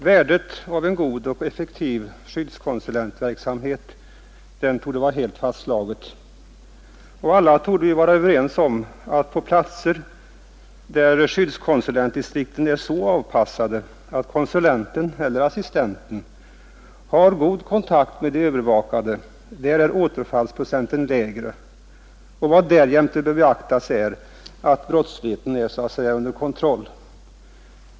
Värdet av en god och effektiv skyddskonsulentverksamhet torde vara helt fastslaget. Alla torde vi vara överens om att på platser där skyddskonsulentdistrikten är så avpassade att skyddskonsulenten eller assistenten har god kontakt med de övervakade är återfallsprocenten lägre. Vad därjämte bör beaktas är att brottsligheten är så att säga under kontroll.